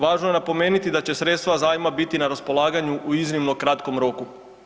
Važno je napomenuti da će sredstva zajma biti na raspolaganju u iznimno kratkom roku.